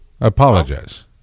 apologize